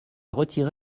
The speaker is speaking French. retiré